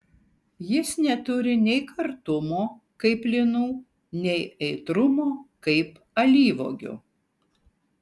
jis neturi nei kartumo kaip linų nei aitrumo kaip alyvuogių